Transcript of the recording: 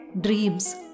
dreams